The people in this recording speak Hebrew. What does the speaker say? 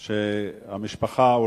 שהמשפחה,